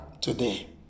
today